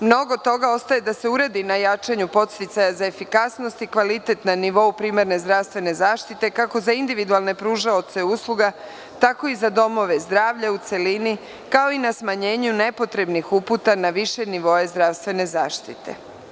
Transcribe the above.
Mnogo toga ostaje da se uradi na jačanju podsticaja za efikasnost i kvalitet na nivou primarne zdravstvene zaštite, kako za individualne pružaoce usluga, tako i za domove zdravlja u celini, kao i na smanjenju nepotrebnih uputa na više nivoe zdravstvene zaštite.